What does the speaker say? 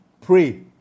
pray